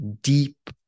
deep